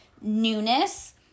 newness